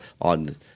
on